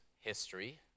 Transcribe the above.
history